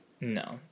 No